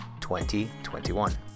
2021